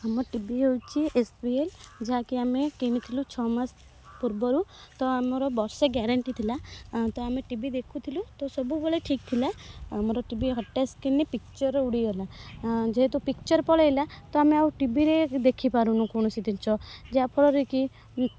ଆମ ଟିଭି ହେଉଛି S P L ଯାହାକି ଆମେ କିଣିଥିଲୁ ଛଅମାସେ ପୂର୍ବରୁ ତ ଆମର ବର୍ଷେ ଗ୍ୟାରେଣ୍ଟି ଥିଲା ତ ଆମେ ଟିଭି ଦେଖୁଥିଲୁ ତ ସବୁବେଳେ ଠିକ୍ ଥିଲା ଆମର ଟିଭି ହଠାତ୍ ସ୍କ୍ରିନ୍ ପିକ୍ଚର୍ ଉଡ଼ିଗଲା ଯେହେତୁ ପିକ୍ଚର୍ ପଳାଇଲା ତ ଆମେ ଆଉ ଟିଭିରେ ଦେଖି ପାରୁନୁ କୌଣସି ଜିନିଷ ଯାହାଫଳରେ କି